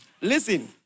listen